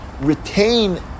retain